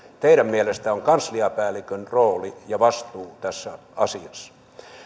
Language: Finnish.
teidän mielestänne on kansliapäällikön rooli ja vastuu tässä asiassa